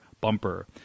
bumper